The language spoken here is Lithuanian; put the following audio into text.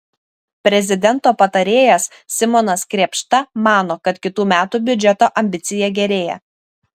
prezidento patarėjas simonas krėpšta mano kad kitų metų biudžeto ambicija gerėja